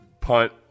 punt